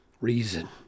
reason